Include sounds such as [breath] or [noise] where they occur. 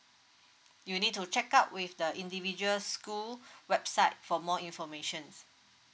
you need to check out with the individual school [breath] website for more informations